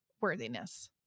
worthiness